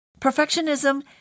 Perfectionism